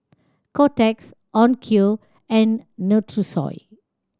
Kotex Onkyo and Nutrisoy